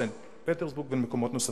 סנט-פטרסבורג ובמקומות נוספים.